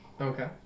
Okay